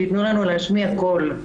שייתנו לנו להשמיע קול.